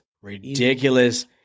ridiculous